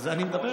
על זה אני מדבר.